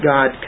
God